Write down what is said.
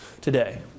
today